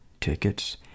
tickets